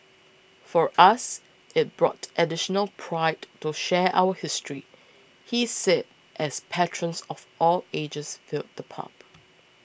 for us it brought additional pride to share our history he said as patrons of all ages filled the pub